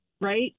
right